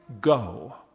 Go